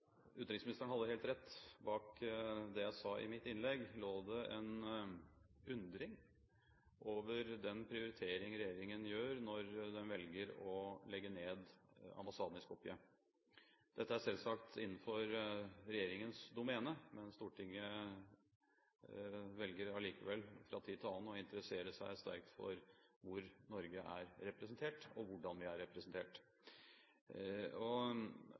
Utenriksministeren hadde helt rett. Bak det jeg sa i mitt innlegg, lå det en undring over den prioritering regjeringen gjør når den velger å legge ned ambassaden i Skopje. Dette er selvsagt innenfor regjeringens domene, men Stortinget velger likevel fra tid til annen å interessere seg sterkt for hvor Norge er representert, og hvordan vi er representert.